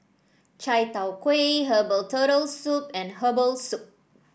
Chai Tow Kuay Herbal Turtle Soup and Herbal Soup